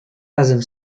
razem